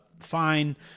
fine